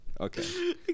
Okay